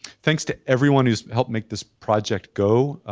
thanks to everyone who helped make this project go,